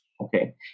Okay